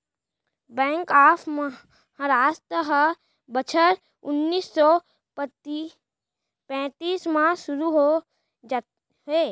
bank of Maharashtra ह बछर उन्नीस सौ पैतीस म सुरू होए हे